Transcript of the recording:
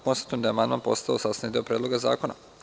Konstatujem da je amandman postao sastavni deo Predloga zakona.